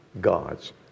God's